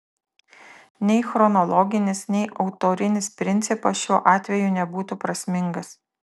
nei chronologinis nei autorinis principas šiuo atveju nebūtų prasmingas